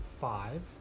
five